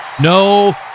No